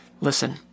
listen